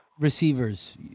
Receivers